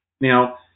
Now